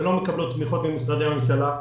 ולא מקבלות תמיכות ממשרדי הממשלה.